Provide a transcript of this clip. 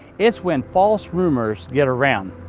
it's when false rumors get around.